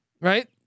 right